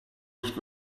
nicht